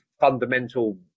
fundamental